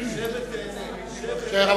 שב ותיהנה.